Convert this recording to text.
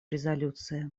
резолюции